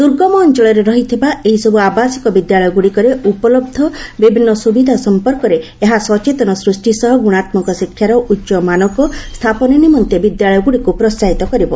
ଦୁର୍ଗମ ଅଞ୍ଚଳରେ ରହିଥିବା ଏହିସବୁ ଆବାସିକ ବିଦ୍ୟାଳୟଗୁଡ଼ିକରେ ଉପଲବ୍ଧ ବିଭିନ୍ନ ସୁବିଧା ସମ୍ପର୍କରେ ଏହା ସଚେତନତା ସୃଷ୍ଟି ସହ ଗୁଣାତ୍ମକ ଶିକ୍ଷାର ଉଚ୍ଚ ମାନକ ସ୍ଥାପନ ନିମନ୍ତେ ବିଦ୍ୟାଳୟଗୁଡିକୁ ପ୍ରୋସାହିତ କରିବ